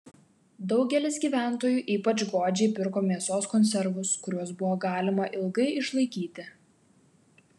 daugelis gyventojų ypač godžiai pirko mėsos konservus kuriuos buvo galima ilgai išlaikyti